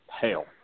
Hell